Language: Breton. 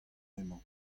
emañ